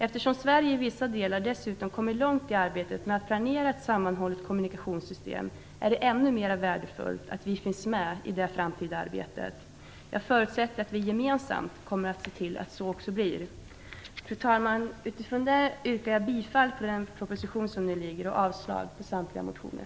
Eftersom Sverige i vissa delar dessutom har kommit långt i arbetet med att planera ett sammanhållet kommunikationssystem, är det ännu mera värdefullt att vi finns med i det framtida arbetet. Jag förutsätter att vi gemensamt kommer att se till att så också blir fallet. Fru talman! Mot bakgrund av det anförda yrkar jag bifall till hemställan i föreliggande betänkande och avslag på samtliga motioner.